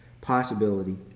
Possibility